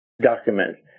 documents